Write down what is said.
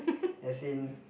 as in